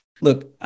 Look